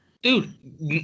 Dude